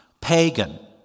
pagan